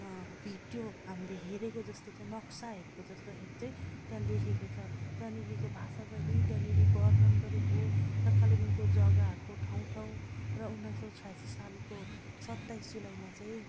video हामीले हेरेको जस्तो चाहिँ नक्सा हेरेको जस्तोखेरि चाहिँ त्यहाँ लेखेको छ त्यहाँनेरिको भाषा शैली त्यहाँनेरि वर्णन गरेको र कालेबुङको जगाहरूको ठाउँ ठाउँ र उन्नाइस सय छयासी सालको सत्ताइस जुलाईमा चाहिँ